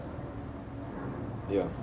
ya